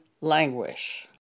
languish